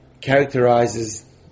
characterizes